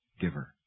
giver